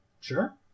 Sure